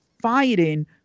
fighting